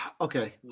Okay